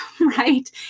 right